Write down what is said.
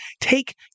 take